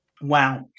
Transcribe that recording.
Wow